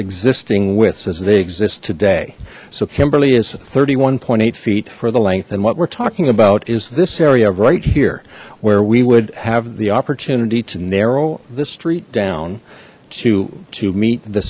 existing widths as they exist today so kimberly is thirty one eight feet for the length and what we're talking about is this area right here where we would have the opportunity to narrow the street down to to meet the